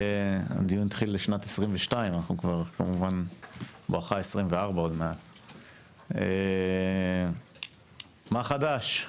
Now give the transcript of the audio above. הדיון התחיל בשנת 2022 אנחנו כבר עוד מעט בשנת 2024. מה חדש?